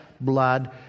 blood